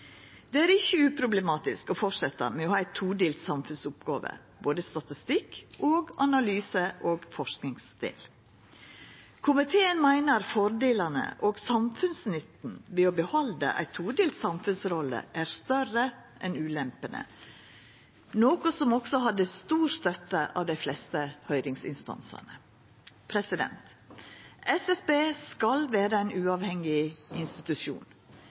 Det er ikkje uproblematisk å fortsetja å ha ei todelt samfunnsoppgåve, både statstikk og analyse og forskingsdel. Komiteen meiner fordelane og samfunnsnytten ved å behalda ei todelt samfunnsrolle er større enn ulempene, noko som også hadde stor støtte blant dei fleste høyringsinstansane. SSB skal vera ein uavhengig institusjon.